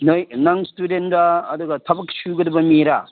ꯅꯣꯏ ꯅꯪ ꯏꯁꯇꯨꯗꯦꯟꯔꯥ ꯑꯗꯨꯒ ꯊꯕꯛ ꯁꯨꯒꯗꯕ ꯃꯤꯔꯥ